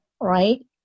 right